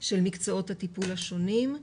של מקצועות הטיפול השונים,